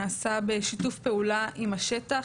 נעשה בשיתוף פעולה עם השטח,